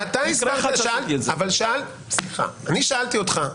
אני שאלתי אותך,